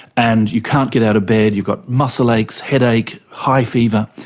and you can't get out of bed, you've got muscle aches, headache, high fever.